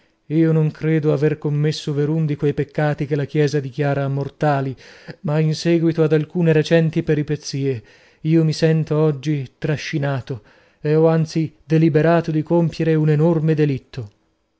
io non credo aver commesso verun di quei peccati che la chiesa dichiara mortali ma in seguito ad alcune recenti peripezie io mi sento oggi trascinato ed ho anzi deliberato di compiere un enorme delitto